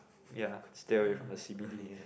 ya stay away from the C_B_D